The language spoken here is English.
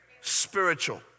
Spiritual